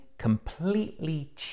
completely